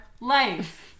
life